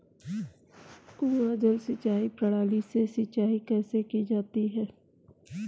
कुआँ जल सिंचाई प्रणाली से सिंचाई कैसे की जाती है?